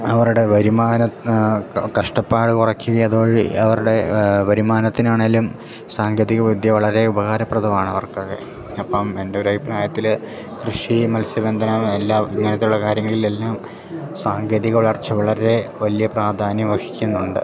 അവരുടെ വരുമാനം കഷ്ടപ്പാട് കുറക്കുക അതുവഴി അവരുടെ വരുമാനത്തിനാണേലും സാങ്കേതിക വിദ്യ വളരെ ഉപകാരപ്രദമാണ് അവർക്ക് അത് അപ്പം എന്റെ ഒരു അഭിപ്രായത്തിൽ കൃഷി മൽസ്യ ബന്ധനം എല്ലാം ഇങ്ങനത്തുള്ള കാര്യങ്ങളിൽ എല്ലാം സാങ്കേതിക വളർച്ച വളരെ വലിയ പ്രാധാന്യം അർഹിക്കുന്നുണ്ട്